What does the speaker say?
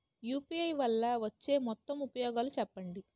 UPI వల్ల వచ్చే మొత్తం ఉపయోగాలు చెప్పండి?